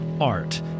art